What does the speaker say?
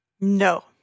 No